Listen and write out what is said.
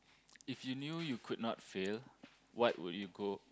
if you knew you could not fail what will you go